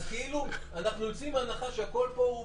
אנחנו יוצאים פה מהנחה שהכול פה הוא